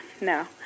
no